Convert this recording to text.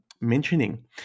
mentioning